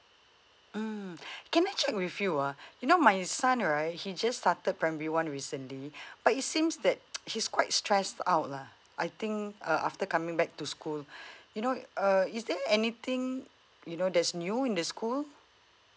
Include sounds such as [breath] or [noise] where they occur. mm [breath] can I check with you uh you know my son right he just started primary one recently [breath] but it seems that [noise] he's quite stressed out lah I think uh after coming back to school [breath] you know uh is there anything you know that's new in the school